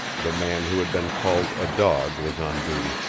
the man who had been called a dog was on duty